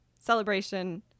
celebration